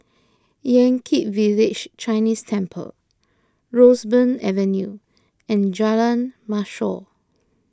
Yan Kit Village Chinese Temple Roseburn Avenue and Jalan Mashor